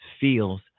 feels